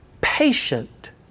patient